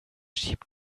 jeep